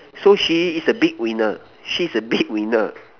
so she is the big winner she is big winner